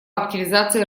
активизации